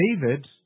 David